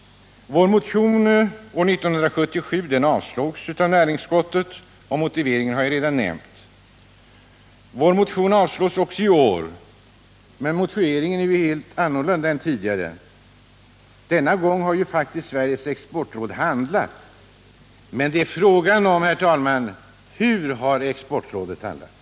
Vår motion 1977 avstyrktes dock av näringsutskottet, och motiveringen har jag redan nämnt. Vår motion avstyrks även i år. Motiveringen är dock en helt annan än tidigare. Denna gång har Sveriges exportråd handlat, men frågan är: Hur har Exportrådet handlat?